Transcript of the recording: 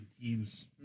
teams